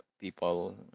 People